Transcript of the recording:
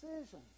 decision